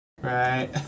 right